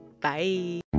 Bye